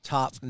Top